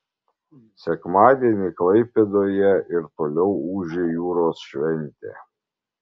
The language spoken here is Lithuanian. sekmadienį klaipėdoje ir toliau ūžė jūros šventė